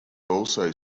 also